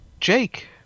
Jake